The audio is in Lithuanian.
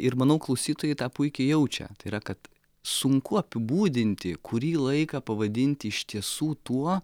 ir manau klausytojai tą puikiai jaučia tai yra kad sunku apibūdinti kurį laiką pavadinti iš tiesų tuo